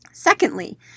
Secondly